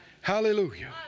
Hallelujah